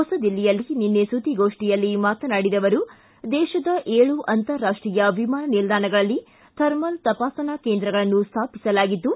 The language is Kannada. ಹೊಸದಿಲ್ಲಿಯಲ್ಲಿ ನಿನ್ನೆ ಸುದ್ದಿಗೋಷ್ಠಿಯಲ್ಲಿ ಮಾತನಾಡಿದ ಅವರು ದೇತದ ಏಳು ಅಂತಾರಾಷ್ಟೀಯ ವಿಮಾನ ನಿಲ್ದಾಣಗಳಲ್ಲಿ ಥರ್ಮಲ್ ತಪಾಸಣಾ ಕೇಂದ್ರಗಳನ್ನು ಸ್ಥಾಪಿಸಲಾಗಿದ್ದು